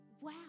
wow